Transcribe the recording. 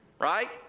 right